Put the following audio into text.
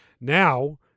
Now